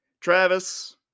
Travis